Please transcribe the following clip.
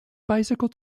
bicycle